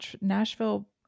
Nashville